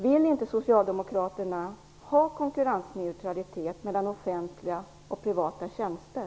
Vill inte socialdemokraterna ha konkurrensneutralitet mellan offentliga och privata tjänster?